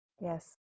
Yes